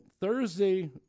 Thursday